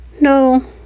no